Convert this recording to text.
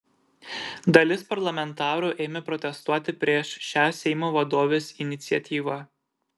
dalis parlamentarų ėmė protestuoti prieš šią seimo vadovės iniciatyvą